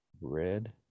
Red